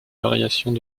variations